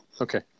Okay